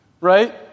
Right